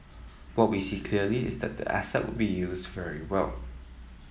what we see clearly is that the asset will be used very well